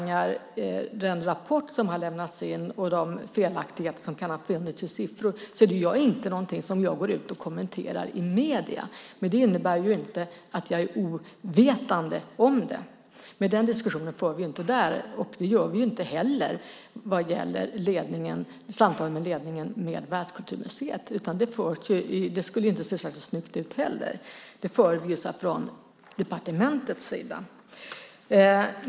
Vad den rapport som har lämnats in och de felaktigheter som kan ha funnits i siffror anbelangar är inte det någonting som jag går ut och kommenterar i medierna. Det innebär inte att jag är ovetande om det, men den diskussionen för vi inte där. Det gör vi inte heller vad gäller samtalen med ledningen för Världskulturmuseet. Det skulle inte heller se särskilt snyggt ut. Dessa förs från departementets sida.